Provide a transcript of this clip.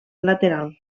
lateral